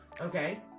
Okay